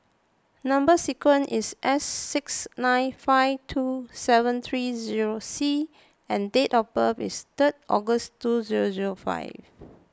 Number Sequence is S six nine five two seven three zero C and date of birth is third August two zero zero five